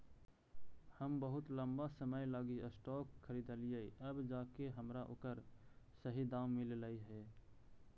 हम बहुत लंबा समय लागी स्टॉक खरीदलिअइ अब जाके हमरा ओकर सही दाम मिललई हे